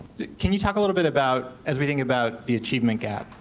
can you talk a little bit about as we think about the achievement gap,